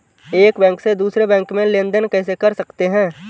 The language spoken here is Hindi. एक बैंक से दूसरे बैंक में लेनदेन कैसे कर सकते हैं?